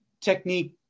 technique